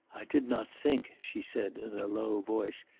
i did not think she said in a low voice,